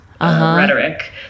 rhetoric